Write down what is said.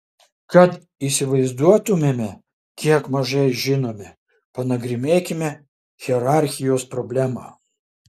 kad įsivaizduotumėme kiek mažai žinome panagrinėkime hierarchijos problemą